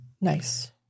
Nice